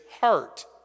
heart